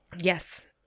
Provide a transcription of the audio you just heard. Yes